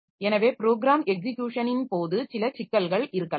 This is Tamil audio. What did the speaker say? எனவே ப்ரோகிராம் எக்ஸிக்யுஷனின் போது சில சிக்கல்கள் இருக்கலாம்